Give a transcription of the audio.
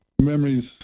memories